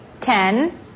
ten